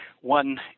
one